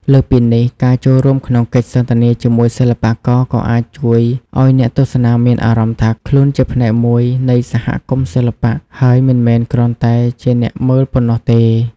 លើសពីនេះ ការចូលរួមក្នុងកិច្ចសន្ទនាជាមួយសិល្បករក៏អាចជួយឲ្យអ្នកទស្សនាមានអារម្មណ៍ថាខ្លួនជាផ្នែកមួយនៃសហគមន៍សិល្បៈ ហើយមិនមែនគ្រាន់តែជាអ្នកមើលប៉ុណ្ណោះទេ។